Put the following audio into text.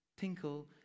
tinkle